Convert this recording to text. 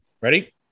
ready